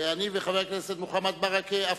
אני וחבר הכנסת מוחמד ברכה,